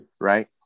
Right